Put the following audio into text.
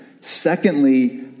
Secondly